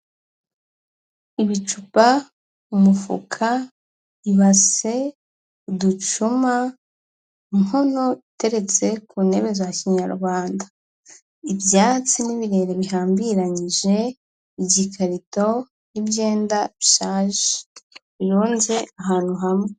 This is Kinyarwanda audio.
Ibicupa, umufuka, ibase, uducuma, inkono iteretse ku ntebe za kinyarwanda, ibyatsi, n'ibirere bihambiranyije, igikarito n'ibyenda bishaje, birunze ahantu hamwe.